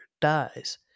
dies